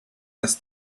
has